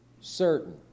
certain